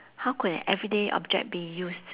how could an everyday object be used